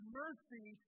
mercy